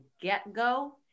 get-go